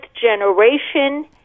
generation